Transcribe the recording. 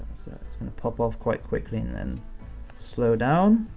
so it's gonna pop off quite quickly, and then slow down,